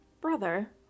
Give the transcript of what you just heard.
Brother